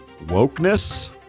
wokeness